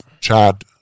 Chad